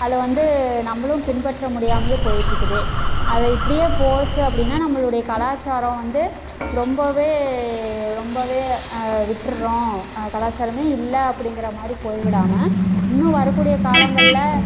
அதில் வந்து நம்மளும் பின்பற்ற முடியாமையே போய்கிட்ருக்குது அது இப்படியே போச்சு அப்படின்னா நம்மளுடைய கலாச்சாரம் வந்து ரொம்பவே ரொம்பவே விட்டுடுறோம் கலாச்சாரமே இல்லை அப்படிங்கிற மாதிரி போய்விடாமல் இன்னும் வரக்கூடிய காலங்களில்